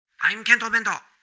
i'm kento bento.